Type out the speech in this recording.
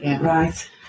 Right